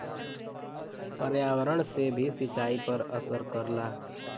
पर्यावरण से भी सिंचाई पर असर करला